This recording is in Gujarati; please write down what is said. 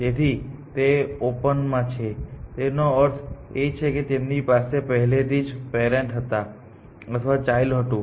તેથી તે ઓપન માં છે તેનો અર્થ એ છે કે તેમની પાસે પહેલેથી જ પેરેન્ટ હતા અથવા ચાઈલ્ડ હતું